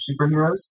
superheroes